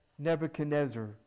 Nebuchadnezzar